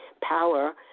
power